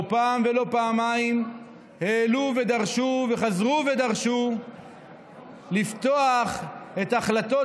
לא פעם ולא פעמיים העלו ודרשו וחזרו ודרשו לפתוח את החלטות